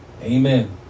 Amen